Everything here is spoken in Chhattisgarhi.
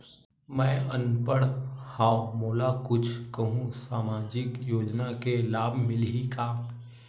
मैं अनपढ़ हाव मोला कुछ कहूं सामाजिक योजना के लाभ मिलही का?